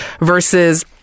Versus